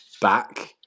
back